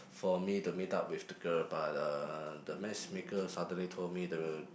for me to meet up with the girl but uh the matchmaker Saturday told me the